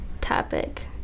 topic